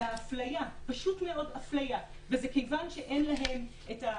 האפליה, פשוט מאוד אפליה, וזה כיוון שאין להן את ה